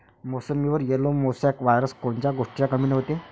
मोसंबीवर yellow mosaic virus कोन्या गोष्टीच्या कमीनं होते?